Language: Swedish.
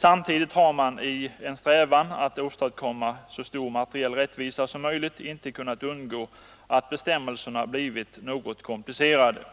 Samtidigt har man i en strävan att åstadkomma så stor materiell rättvisa som möjligt inte kunnat undgå att bestämmelserna blivit något komplicerade.